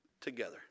together